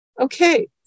Okay